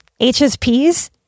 HSPs